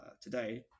today